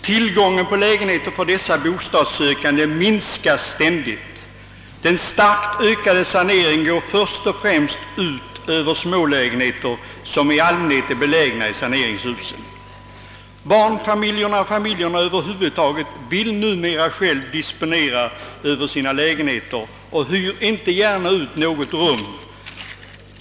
Tillgången på lägenheter för dessa bostadssökande minskas ständigt. Den starkt ökade saneringen går först och främst ut över smålägenheterna, som i allmänhet är belägna i saneringshusen. Barnfamiljerna och familjerna över huvud vill numera själva disponera över sina lägenheter och hyr inte gärna ut något rum.